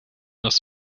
das